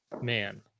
Man